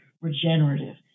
regenerative